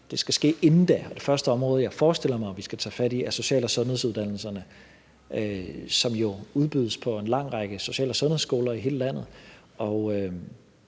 Det skal ske inden da. Og det første område, jeg forestiller mig vi skal tage fat i, er social- og sundhedsuddannelserne, som jo udbydes på en lang række social- og sundhedsskoler i hele landet,